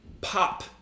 pop